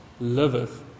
liveth